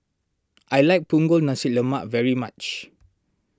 I like Punggol Nasi Lemak very much